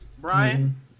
Brian